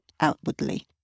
outwardly